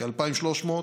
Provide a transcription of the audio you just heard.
כ-2,300,